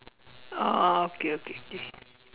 oh okay okay K